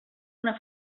una